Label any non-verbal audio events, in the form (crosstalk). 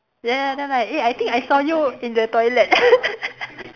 then after like eh I think I saw you in the toilet (laughs)